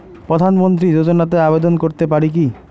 প্রধানমন্ত্রী যোজনাতে আবেদন করতে পারি কি?